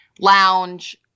lounge